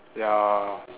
ya